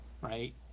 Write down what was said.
right